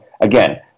again